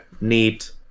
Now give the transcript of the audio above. neat